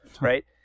right